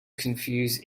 confuse